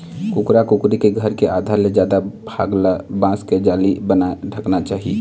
कुकरा कुकरी के घर के आधा ले जादा भाग ल बांस के जाली बनाके ढंकना चाही